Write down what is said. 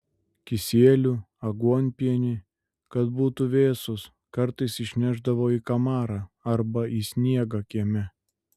kisielių aguonpienį kad būtų vėsūs kartais išnešdavo į kamarą arba į sniegą kieme